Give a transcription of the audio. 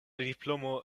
diplomo